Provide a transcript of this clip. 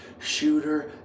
Shooter